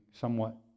somewhat